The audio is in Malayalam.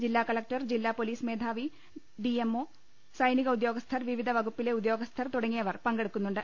ജില്ലാ കലക്ടർ ജില്ലാ പോലീസ് മേധാവി ഡിഎംഒ സൈനിക ഉദ്യോഗസ്ഥർ പിപിധ വകുപ്പിലെ ഉദ്യോഗസ്ഥർ തുടങ്ങിയവർ പങ്കെടുക്കുന്നുണ്ട്